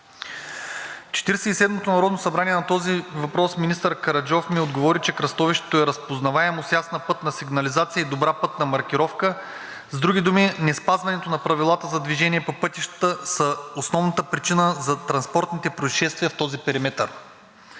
седмото народно събрание на този въпрос министър Караджов ми отговори, че кръстовището е разпознаваемо, с ясна пътна сигнализация и добра пътна маркировка, с други думи, неспазването на правилата за движение по пътищата са основната причина за транспортните произшествия в този периметър.